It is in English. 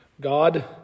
God